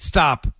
Stop